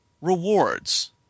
Rewards